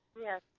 Yes